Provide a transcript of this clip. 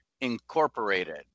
incorporated